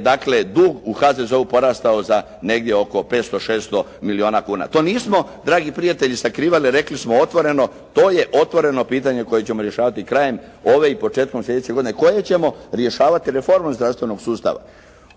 dakle dug u HZZO-u porastao za negdje oko 500, 600 milijuna kuna. To nismo dragi prijatelji sakrivali. Rekli smo otvoreno. To je otvoreno pitanje koje ćemo rješavati krajem ove i početkom sljedeće godine koje ćemo rješavati reformom zdravstvenog sustava.